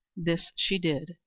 this she did,